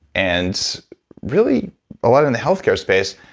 and really a lot in the healthcare space,